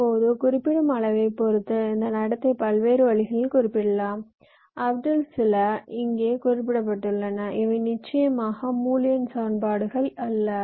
இப்போது குறிப்பிடும் அளவைப் பொறுத்து இந்த நடத்தை பல்வேறு வழிகளில் குறிப்பிடப்படலாம் அவற்றில் சில இங்கே குறிப்பிடப்பட்டுள்ளன இவை நிச்சயமாக பூலியன் சமன்பாடுகள் அல்ல